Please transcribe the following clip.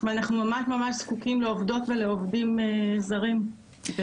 ואנחנו ממש זקוקים לעובדות ולעובדים זרים.